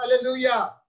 Hallelujah